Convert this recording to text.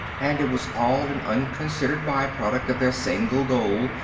and it was all an unconsidered by-product of their single goal,